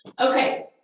okay